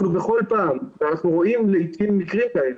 אנחנו בכל פעם, ואנחנו רואים לעתים מקרים כאלה,